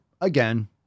again